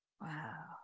wow